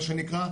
מה שנקרא,